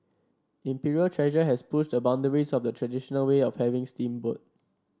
Imperial Treasure has pushed the boundaries of the traditional way of having steamboat